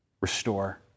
Restore